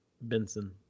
Benson